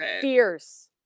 fierce